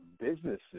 businesses